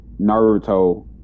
Naruto